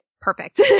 Perfect